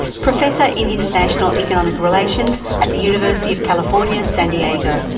professor in international economic relations at the university of california, san diego,